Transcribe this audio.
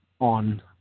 on